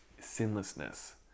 sinlessness